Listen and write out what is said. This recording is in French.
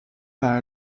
pas